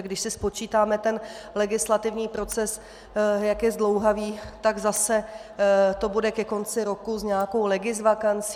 Když si spočítáme ten legislativní proces, jak je zdlouhavý, tak to zase bude ke konci roku s nějakou legisvakancí.